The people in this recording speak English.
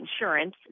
insurance